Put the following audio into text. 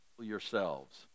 Yourselves